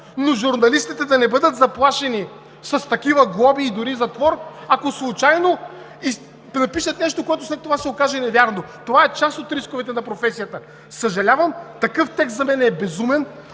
но журналистите да не бъдат заплашени с такива глоби и дори затвор, ако случайно напишат нещо, което след това се окаже невярно. Това е част от рисковете на професията. Съжалявам, такъв текст за мен е безумен,